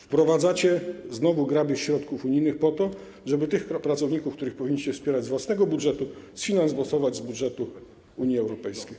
Wprowadzacie znowu grabież środków unijnych, po to żeby tych pracowników, których powinniście wspierać z własnego budżetu, sfinansować z budżetu Unii Europejskiej.